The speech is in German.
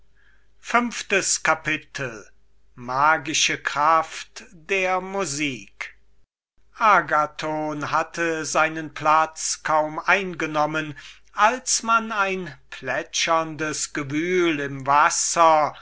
kapitel magische kraft der musik agathon hatte seinen platz kaum eingenommen als man in dem wasser